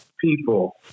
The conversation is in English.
people